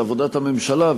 על עבודת הממשלה,